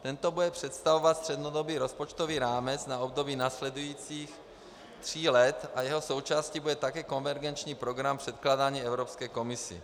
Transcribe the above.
Tento bude představovat střednědobý rozpočtový rámec na období následujících tří let a jeho součástí bude také konvergenční program předkládaný Evropské komisi.